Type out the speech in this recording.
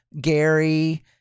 Gary